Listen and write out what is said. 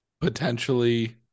potentially